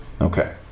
Okay